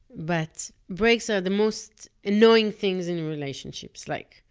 but breaks are the most annoying things in relationship. like,